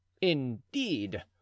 indeed